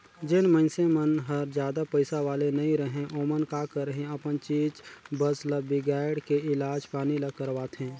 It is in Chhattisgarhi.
जेन मइनसे मन हर जादा पइसा वाले नइ रहें ओमन का करही अपन चीच बस ल बिगायड़ के इलाज पानी ल करवाथें